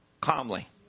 calmly